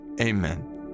Amen